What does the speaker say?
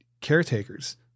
caretakers